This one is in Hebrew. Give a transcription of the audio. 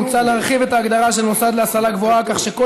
מוצע להרחיב את ההגדרה של "מוסד להשכלה גבוהה" כך שכל